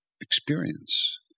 experience